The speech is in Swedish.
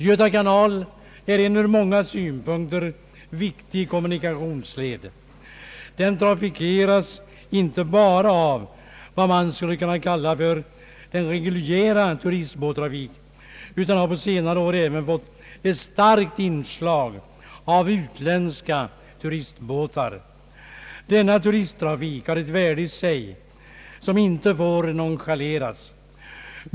Göta kanal är en ur många synpunkter viktig kommunikationsled. Den trafikeras inte bara av vad man skulle kunna kalla för reguljära turistbåtar, utan har på senare år även fått ett starkt inslag av utländska turistbåtar. Denna turisttrafik har i sig ett värde som inte får nonchaleras.